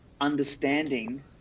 understanding